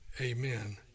Amen